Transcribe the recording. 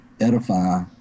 edify